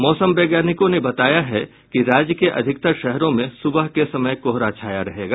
मौसम वैज्ञानिकों ने बताया है कि राज्य के अधिकतर शहरों में सुबह के समय कोहरा छाया रहेगा